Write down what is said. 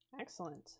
Excellent